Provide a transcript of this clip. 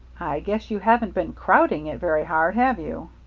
i guess you haven't been crowding it very hard, have you?